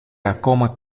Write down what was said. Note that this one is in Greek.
ακόμα